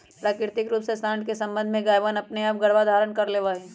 प्राकृतिक रूप से साँड के सबंध से गायवनअपने आप गर्भधारण कर लेवा हई